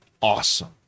awesome